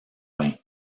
vain